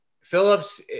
Phillips